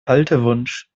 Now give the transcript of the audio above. haltewunsch